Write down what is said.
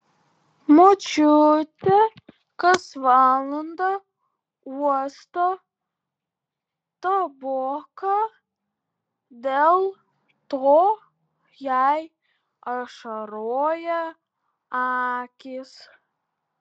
močiutė kas valandą uosto taboką dėl to jai ašaroja akys